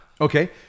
Okay